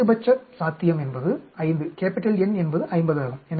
அதிகபட்சம் சாத்தியம் என்பது 5 N என்பது 50 ஆகும்